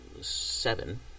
seven